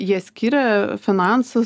jie skiria finansus